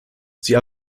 sie